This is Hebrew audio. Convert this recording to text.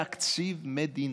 תקציב מדינה.